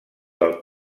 del